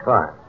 Fine